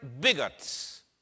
bigots